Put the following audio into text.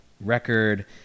record